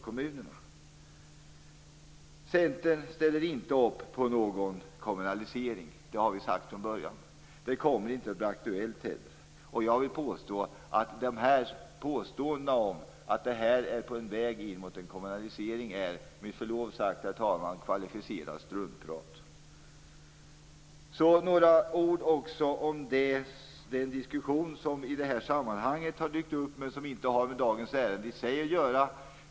Inom Centern ställer vi inte upp på någon kommunalisering - det har vi sagt från början. Det kommer heller inte att bli aktuellt. Jag menar att påståenden om att detta är en väg in mot kommunalisering med förlov sagt, herr talman, är kvalificerat struntprat. Jag skall säga några ord om den diskussion som dykt upp i sammanhanget, men som inte har med dagens ärende i sig att göra.